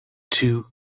two